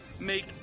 make